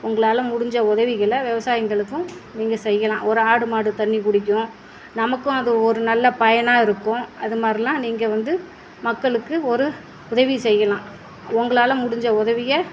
உங்களால் முடிஞ்ச உதவிகளை விவசாயிங்களுக்கும் நீங்கள் செய்யலாம் ஒரு ஆடு மாடு தண்ணி குடிக்கும் நமக்கும் அது ஒரு நல்ல பயனாக இருக்கும் அது மாதிரிலாம் நீங்கள் வந்து மக்களுக்கு ஒரு உதவி செய்யலாம் உங்களால் முடிஞ்ச உதவியை